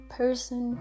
person